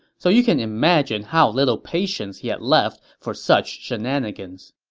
so you can imagine how little patience he had left for such shenanigans.